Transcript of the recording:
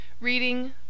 Reading